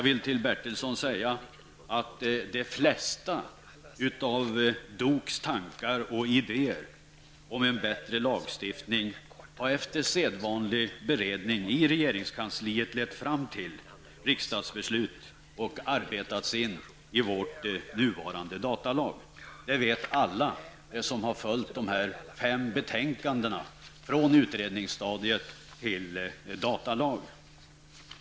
Till Stig Bertilsson vill jag säga att de flesta av DOKs tankar och idéer om en bättre lagstiftning har efter sedvanlig beredning i regeringskansliet lett fram till riksdagsbeslut och arbetats in i vår nuvarande datalag, och det är alla som har följt dessa fem betänkanden från utredningsstadiet fram till datalag medvetna om.